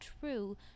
true